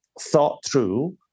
thought-through